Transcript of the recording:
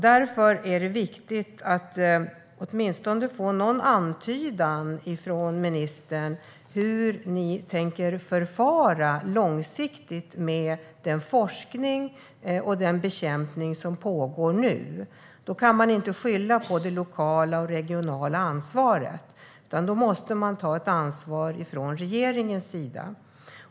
Därför är det viktigt att åtminstone få någon antydan från ministern om hur ni långsiktigt tänker förfara med den forskning och den bekämpning som pågår nu. Man kan inte skylla på det lokala och regionala ansvaret, utan man måste ta ansvar från regeringens sida.